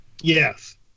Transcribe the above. Yes